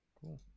Cool